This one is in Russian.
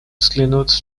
взглянуть